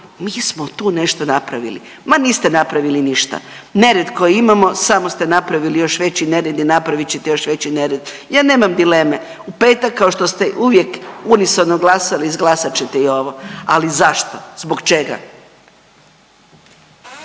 mi smo tu nešto napravili. Ma niste napravili ništa. Nered koji imamo samo ste napravili još veći nered i napravit ćete još veći nered. Ja nemam dileme. U petak kao što ste uvijek unisono glasali izglasat ćete i ovo, ali zašto? Zbog čega?